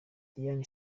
diane